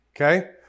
Okay